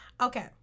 Okay